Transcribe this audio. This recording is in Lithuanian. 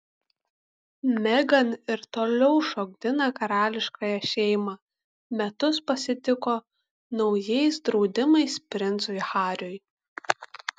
meghan ir toliau šokdina karališkąją šeimą metus pasitiko naujais draudimais princui hariui